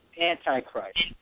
Antichrist